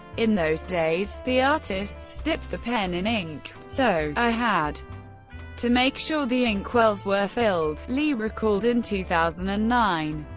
in those days ah but so dipped the pen in ink, so i had to make sure the inkwells were filled, lee recalled in two thousand and nine.